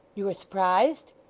you are surprised?